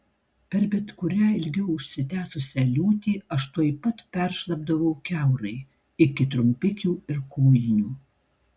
per bet kurią ilgiau užsitęsusią liūtį aš tuoj pat peršlapdavau kiaurai iki trumpikių ir kojinių